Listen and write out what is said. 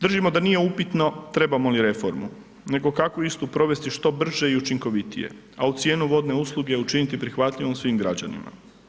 Držimo da nije upitno trebamo li reformu, nego kako istu provesti što brže i učinkovitije, a u cijenu vodne usluge učiniti prihvatljivom svim građanima.